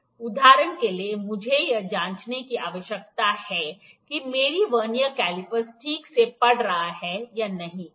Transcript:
उदाहरण के लिए मुझे यह जांचने की आवश्यकता है कि मेरा वर्नियर कैलिपर ठीक से पढ़ रहा है या नहीं ठीक है